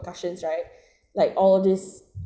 repercussions right like all this